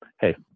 hey